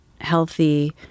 healthy